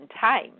time